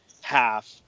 half